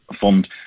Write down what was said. fund